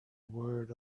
word